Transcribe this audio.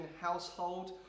household